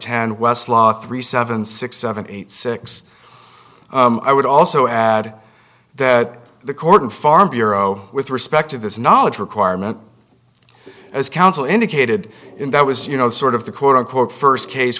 law three seven six seven eight six i would also add that the court and farm bureau with respect to this knowledge requirement as counsel indicated in that was you know sort of the quote unquote first case